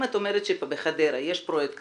אם את אומרת שבחדרה יש פרויקט כזה,